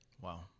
Wow